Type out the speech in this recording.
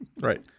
Right